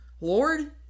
Lord